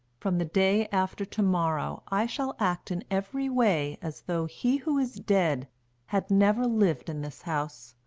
from the day after to-morrow, i shall act in every way as though he who is dead had never lived in this house.